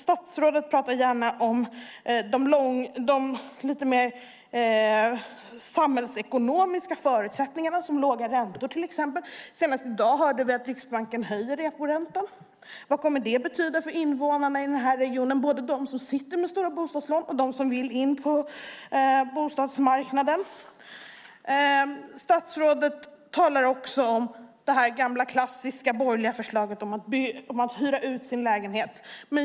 Statsrådet pratar gärna om de samhällsekonomiska förutsättningarna, som låga räntor. Senast i dag hörde vi att Riksbanken höjer reporäntan. Vad kommer det att betyda för invånarna i regionen, både de som sitter med stora bostadslån och de som vill in på bostadsmarknaden? Statsrådet talar också om det gamla klassiska, borgerliga förslaget att hyra ut sin lägenhet.